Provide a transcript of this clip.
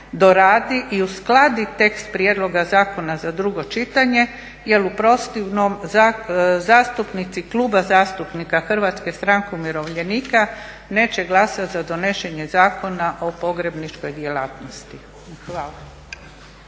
doradi i uskladi tekst prijedloga zakona za drugo čitanje jer u protivnom zastupnici Kluba zastupnika HSU-a neće glasati za donošenje Zakona o pogrebničkoj djelatnosti. Hvala.